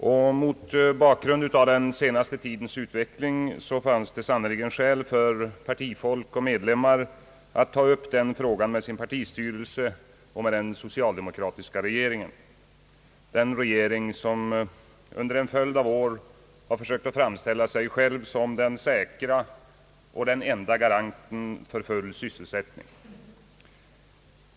Och mot bakgrund av den senaste tidens utveckling fanns det verkligen skäl för partifolk och medlemmar att ta upp den frågan med sin partistyrelse och med den socialdemokratiska regeringen, den regering som under en följd av år har försökt framställa sig själv som den säkra och enda garanten för full sysselsättning.